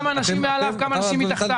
כמה אנשים מעליו וכמה אנשים מתחתיו.